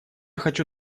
хочу